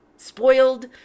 spoiled